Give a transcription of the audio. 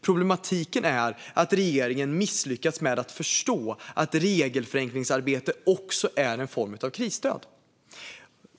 Problematiken är att regeringen har misslyckats med att förstå att regelförenklingsarbete också är en form av krisstöd.